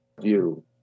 view